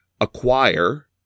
Acquire